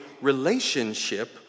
relationship